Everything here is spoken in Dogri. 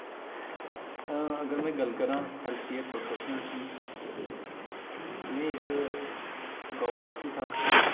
अगर में गल्ल करांऽ हेल्थ केयर प्रोफेशनल्स दी में इक गांव वासी था